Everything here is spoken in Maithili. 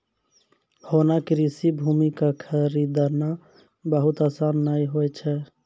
होना कृषि भूमि कॅ खरीदना बहुत आसान नाय होय छै